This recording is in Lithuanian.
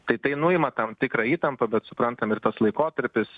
tai tai nuima tam tikrą įtampą bet suprantam ir tas laikotarpis